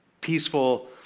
peaceful